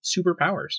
superpowers